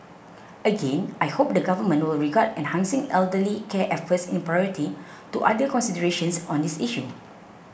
again I hope the Government will regard enhancing elderly care efforts in priority to other considerations on this issue